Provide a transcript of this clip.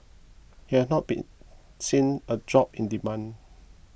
he had not been seen a drop in demand